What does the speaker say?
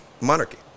monarchy